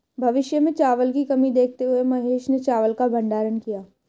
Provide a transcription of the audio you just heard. भविष्य में चावल की कमी देखते हुए महेश ने चावल का भंडारण किया